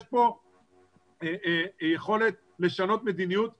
יש פה יכולת לשנות מדיניות במהרה,